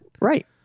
right